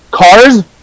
Cars